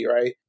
right